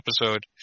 episode